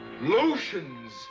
Lotions